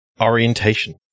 orientation